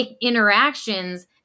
interactions